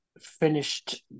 finished